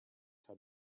have